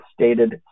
stated